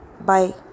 Bye